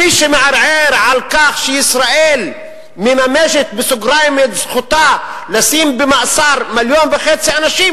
מי שמערער על כך שישראל "מממשת" את זכותה לשים במאסר מיליון וחצי אנשים,